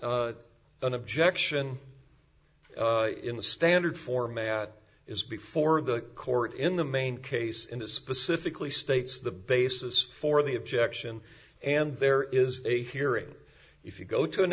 an objection in the standard format is before the court in the main case in the specifically states the basis for the objection and there is a hearing if you go to an